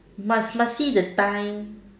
must must see the time